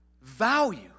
value